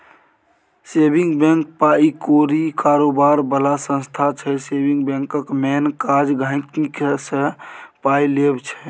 saving bank पाइ कौरी कारोबार बला संस्था छै सेबिंग बैंकक मेन काज गांहिकीसँ पाइ लेब छै